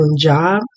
job